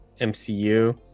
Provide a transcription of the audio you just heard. MCU